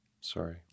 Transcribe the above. sorry